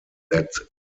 that